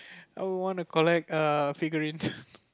I would want to collect figurines